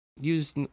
use